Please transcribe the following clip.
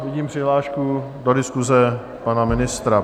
Vidím přihlášku do diskuse pana ministra.